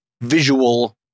visual